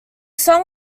song